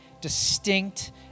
distinct